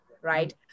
right